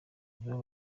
nibo